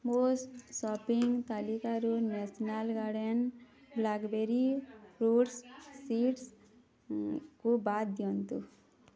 ମୋ ସପିଙ୍ଗ୍ ତାଲିକାରୁ national garden blackberry fruit ସିଡ଼୍ସ୍କୁ ବାଦ୍ ଦିଅନ୍ତୁ